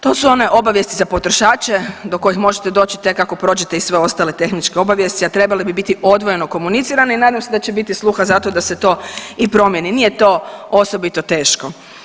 To su one obavijesti za potrošače do kojih možete doći tek ako prođete i sve ostale tehničke obavijesti a trebale bi biti odvojeno komunicirane i nadam se da će biti sluha za to da se to i promijeni, nije to osobito teško.